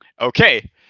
Okay